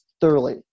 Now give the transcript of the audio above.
thoroughly